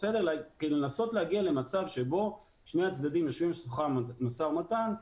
לנסות להגיע למצב שבו שני הצדדים יושבים סביב שולחן המשא ומתן,